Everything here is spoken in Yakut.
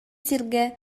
сиргэ